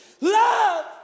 Love